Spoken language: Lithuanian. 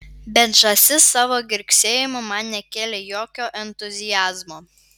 bet žąsis savo girgsėjimu man nekėlė jokio entuziazmo